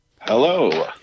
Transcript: Hello